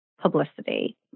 publicity